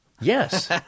yes